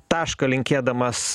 tašką linkėdamas